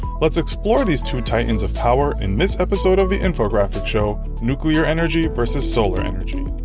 let's explore these two titans of power in this episode of the infographics show, nuclear energy vs solar energy.